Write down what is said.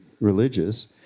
religious